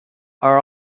are